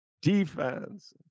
defense